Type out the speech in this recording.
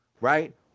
right